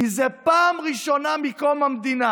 כי זאת פעם ראשונה מקום המדינה